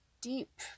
deep